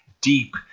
deep